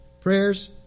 prayers